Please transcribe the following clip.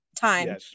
time